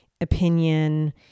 opinion